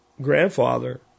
grandfather